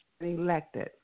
elected